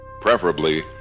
preferably